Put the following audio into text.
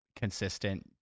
consistent